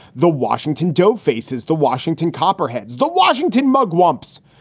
the washington doe faces the washington copperheads, the washington mugwumps.